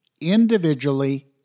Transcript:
individually